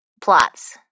plots